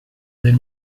del